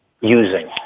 using